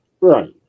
right